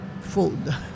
food